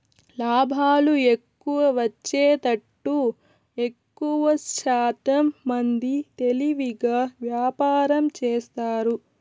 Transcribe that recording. లాభాలు ఎక్కువ వచ్చేతట్టు ఎక్కువశాతం మంది తెలివిగా వ్యాపారం చేస్తారు